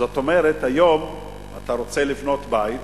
זאת אומרת, היום אתה רוצה לבנות בית